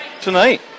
tonight